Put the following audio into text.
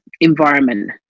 environment